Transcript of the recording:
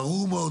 ברור מאוד,